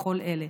בכל אלה.